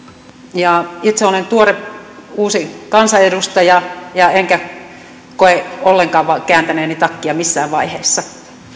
itse olen tuore uusi kansanedustaja enkä koe ollenkaan kääntäneeni takkia missään vaiheessa